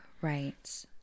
right